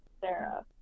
Sarah